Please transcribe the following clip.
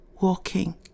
walking